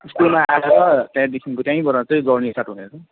school त्यहाँदेखिको त्यहीँबाट चाहिँ जर्नी स्टार्ट हुनेछ